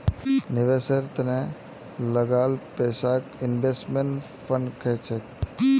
निवेशेर त न लगाल पैसाक इन्वेस्टमेंट फण्ड कह छेक